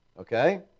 Okay